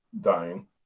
dying